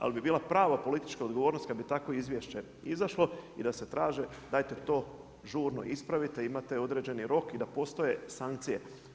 Ali bi bila prava politička odgovornost, kad bi takvo izvješće izašlo i da se traži dajte to žurno ispravite, imate određeni rok i da postoje sankcije.